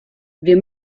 wir